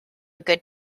good